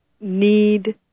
need